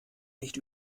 nicht